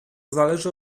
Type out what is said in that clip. zależy